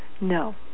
No